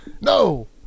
No